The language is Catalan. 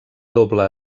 doble